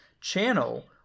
Channel